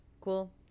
Cool